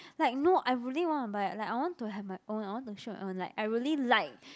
like no I really want to buy like I want to have my own I want to shoot my own I really like